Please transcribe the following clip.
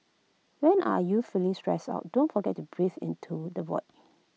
when are you feeling stressed out don't forget to breathe into the void